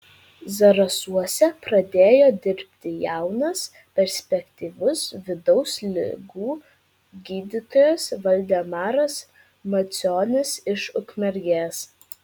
zarasuose pradėjo dirbti jaunas perspektyvus vidaus ligų gydytojas valdemaras macionis iš ukmergės